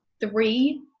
three